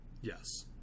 yes